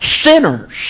sinners